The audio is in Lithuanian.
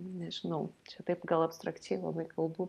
nežinau čia taip gal abstrakčiai labai kalbu